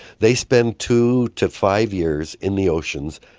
they spend two to five years in the oceans,